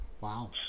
Wow